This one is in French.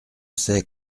c’est